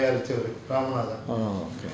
orh okay